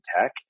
tech